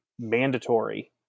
mandatory